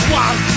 one